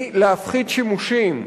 היא להפחית שימושים.